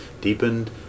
deepened